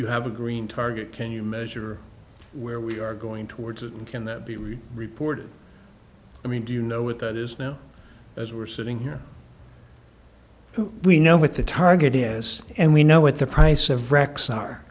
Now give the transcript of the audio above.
you have a green target can you measure where we are going towards it and can that be really reported i mean do you know what that is now as we're sitting here we know what the target is and we know what the price of wrecks are